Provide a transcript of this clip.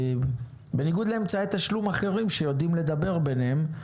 בניגוד לאמצעי תשלום אחרים שיודעים לדבר ביניהם,